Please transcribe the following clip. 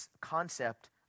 concept